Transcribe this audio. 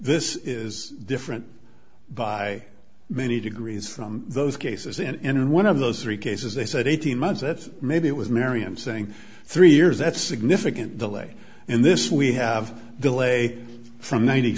this is different by many degrees from those cases in any one of those three cases they said eighteen months that maybe it was marion saying three years that's significant delay and this we have delay from ninety